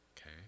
okay